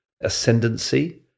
ascendancy